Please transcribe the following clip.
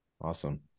Awesome